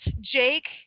Jake